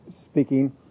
speaking